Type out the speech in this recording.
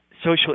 social